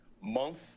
month